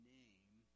name